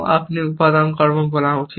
আপনি উপাদান কর্ম বলা উচিত